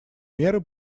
меры